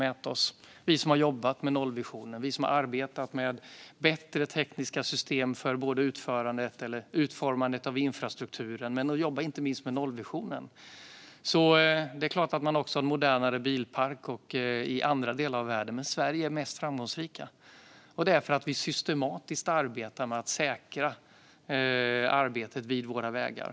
Detta ser vi som har jobbat med nollvisionen och arbetat med bättre tekniska system för utformandet av infrastrukturen. Det är klart att man också har en modernare bilpark i andra delar av världen, men Sverige är framgångsrikast, och det är för att vi systematiskt arbetar med att säkra arbetet vid våra vägar.